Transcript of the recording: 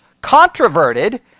controverted